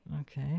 Okay